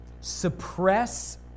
suppress